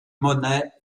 monnaies